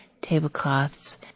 tablecloths